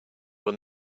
will